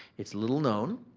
it's little known,